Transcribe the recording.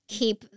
keep